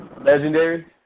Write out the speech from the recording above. Legendary